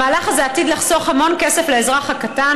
המהלך הזה עתיד לחסוך המון כסף לאזרח הקטן,